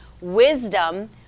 wisdom